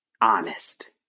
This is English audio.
honest